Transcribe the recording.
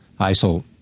ISIL